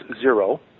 zero